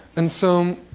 and so